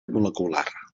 molecular